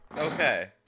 Okay